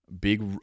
Big